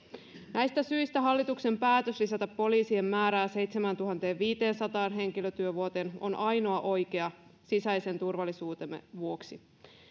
näistä syistä hallituksen päätös lisätä poliisien määrää seitsemääntuhanteenviiteensataan henkilötyövuoteen on ainoa oikea sisäisen turvallisuutemme vuoksi